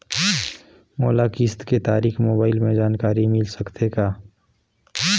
मोला किस्त के तारिक मोबाइल मे जानकारी मिल सकथे का?